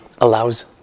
allows